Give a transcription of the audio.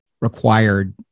required